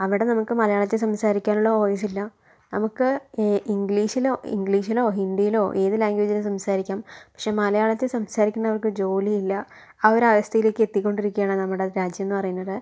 അവിടെ നമുക്ക് മലയാളത്തിൽ സംസാരിക്കാനുള്ള വോയിസില്ല നമുക്ക് ഇംഗ്ലീഷിലോ ഇംഗ്ലീഷിലോ ഹിന്ദിയിലോ ഏത് ലാംഗ്വേജിലും സംസാരിക്കാം പക്ഷെ മലയാളത്തില് സംസാരിക്കുന്നവർക്ക് ജോലിയില്ല ആ ഒരവസ്ഥയിലേക്ക് എത്തിക്കൊണ്ടിരിക്കുകയാണ് നമ്മുടെ രാജ്യമെന്ന് പറയുന്നത്